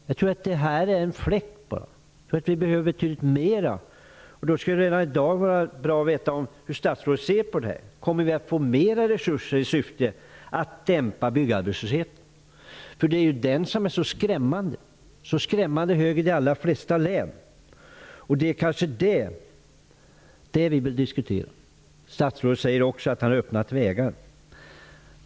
Jag tycker att detta är som en fläck. Det behövs betydligt mera. Det skulle vara bra att få veta hur statsrådet ser på detta. Kommer det mera resurser i syfte att dämpa byggarbetslösheten? Det är den som är så skrämmande hög i de allra flesta län. Det är det vi skall diskutera. Statsrådet säger att han har öppnat nya vägar.